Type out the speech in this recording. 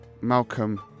Malcolm